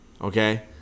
Okay